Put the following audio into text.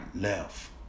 left